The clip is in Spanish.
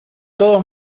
todos